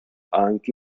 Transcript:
anche